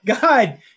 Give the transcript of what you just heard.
God